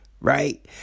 right